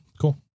cool